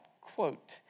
quote